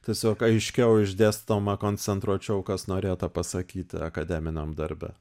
tiesiog aiškiau išdėstoma koncentruotuočiau kas norėta pasakyti akademiniam darbe